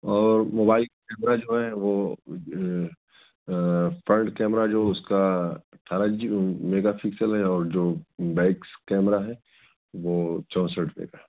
اور mobile camera جو ہے وہ فرنٹ کیمرہ جو اس کا اٹھارہ جی میگا فکسل ہے اور جو بیکس کیمرہ ہے وہ چونسٹھ میگا